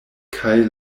kaj